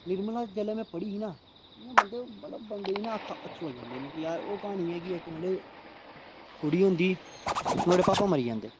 निर्मला जेल्लै में पढ़ी ही ना इ'यां मतलब बंदे गी बंदे गी ना अत्थरुं आई जंदे न कि यार ओह् क्हानी ऐ इक मतलब कुड़ी होंदी नुआढ़े पापा मरी जंदे